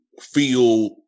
feel